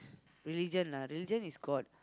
religion ah religion is God